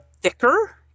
thicker